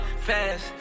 fast